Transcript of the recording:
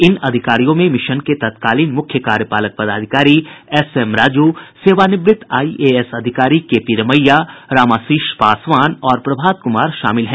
इन अधिकारियों में मिशन के तत्कालीन मुख्य कार्यपालक पदाधिकारी एसएम राजू सेवानिवृत्त आईएएस अधिकारी केपी रमैया रामाशीष पासवान और प्रभात कुमार शामिल हैं